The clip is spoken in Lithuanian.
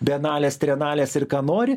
bienalės trienalės ir ką nori